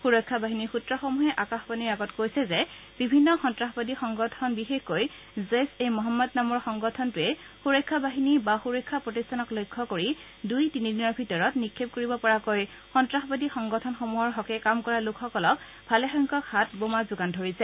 সুৰক্ষা বাহিনীৰ সূত্ৰসমূহে আকাশবাণীৰ আগত কৈছে যে বিভিন্ন সন্তাসবাদী সংগঠন বিশেষকৈ জৈইছ এ মহম্মদ নামৰ সংগঠনটোৱে সুৰক্ষা বাহিনী বা সুৰক্ষা প্ৰতিষ্ঠানক লক্ষ্য কৰি দুই তিনি দিনৰ ভিতৰত নিক্ষেপ কৰিব পৰাকৈ সন্তাসবাদী সংগঠনসমূহৰ হকে কাম কৰা লোকসকলক ভালেসংখ্যক হাত বোমা যোগান ধৰিছে